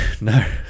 no